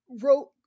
wrote